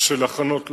הכנות לצה"ל,